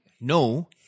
no